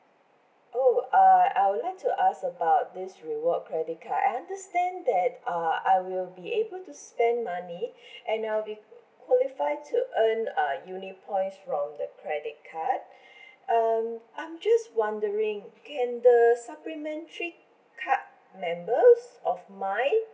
oh uh I would like to ask about this reward credit card I understand that uh I will be able to spend money and I'll be qualify to earn uh uni points from the credit card um I'm just wondering can the supplementary card members of mine